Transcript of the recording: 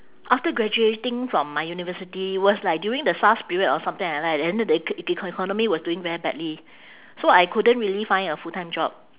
after graduating from my university was like during the sars period or something like that then the ec~ eco~ economy was doing very badly so I couldn't really find a full-time job